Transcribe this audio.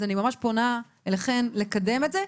אז אני ממש פונה אליכן לקדם את זה.